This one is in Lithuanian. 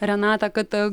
renata kad